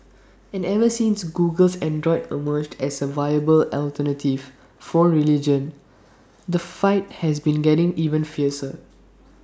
and ever since Google's Android emerged as A viable alternative phone religion the fight has been getting even fiercer